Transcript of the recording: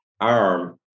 arm